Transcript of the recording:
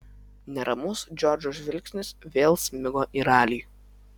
neramus džordžo žvilgsnis vėl smigo į ralį